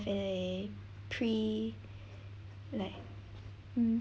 a pre~ like mm